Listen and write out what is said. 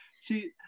see